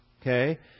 okay